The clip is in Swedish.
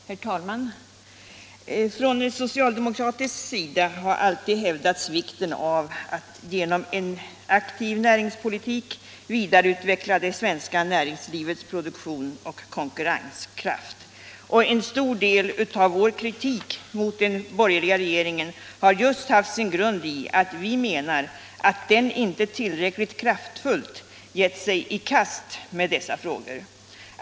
Herr talman! Från socialdemokratisk sida har alltid hävdats vikten av att genom en aktiv näringspolitik vidareutveckla det svenska näringslivets produktion och konkurrenskraft. En stor del av vår kritik mot den borgerliga regeringen har haft sin grund just i att vi menar att den inte tillräckligt kraftfullt gett sig i kast med dessa frågor.